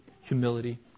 humility